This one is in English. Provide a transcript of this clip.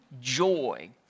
joy